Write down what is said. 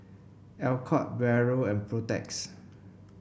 Alcott Barrel and Protex